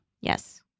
Yes